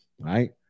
right